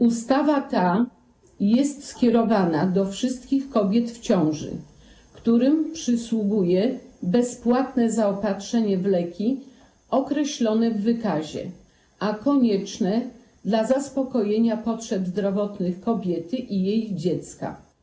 Ustawa ta jest skierowana do wszystkich kobiet w ciąży, którym przysługuje bezpłatne zaopatrzenie w leki określone w wykazie, a konieczne dla zaspokojenia potrzeb zdrowotnych kobiety i jej dziecka.